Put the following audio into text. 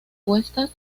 puestas